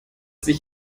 sich